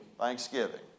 Thanksgiving